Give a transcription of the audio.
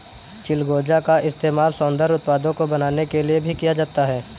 चिलगोजा का इस्तेमाल सौन्दर्य उत्पादों को बनाने के लिए भी किया जाता है